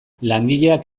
langileak